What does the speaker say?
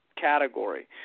category